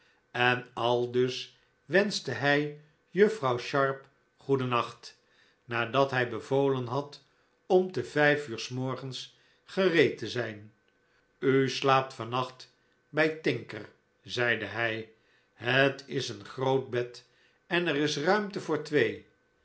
en aldus wenschte hij juffrouw sharp goeden nacht nadat hij bevolen had om te vijf uur s morgens gereed te zijn u slaapt vannacht bij tinker zeide hij het is een groot bed en er is ruimte voor twee